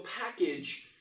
package